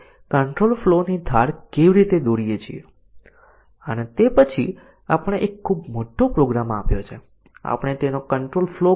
અહીં આવશ્યક ટેસ્ટીંગ ના કેસોની સંખ્યા એટોમિક કન્ડિશન ની સંખ્યા કરતા ઓછામાં ઓછા બમણા હશે અને તેથી આપણે કહી શકીએ કે તે લીનીયર છે તે 2n જેવું નથી તે 2n અથવા નજીક હશે